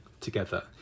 together